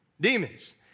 Demons